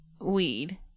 weed